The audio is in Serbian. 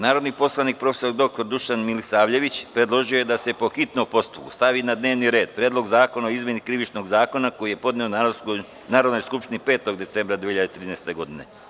Narodni poslanik prof. dr Dušan Milisavljević predložio je da se po hitnom postupku stavi na dnevni red Predlog zakona o izmeni Krivičnog zakonika, koji je podneo Narodnoj skupštini 5. decembra 2013. godine.